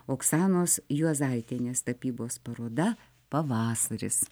oksanos juozaitienės tapybos paroda pavasaris